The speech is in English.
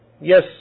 Yes